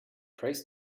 prays